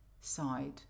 side